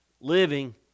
living